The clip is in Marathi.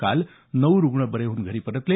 काल नऊ रुग्ण बरे होऊन घरी परतले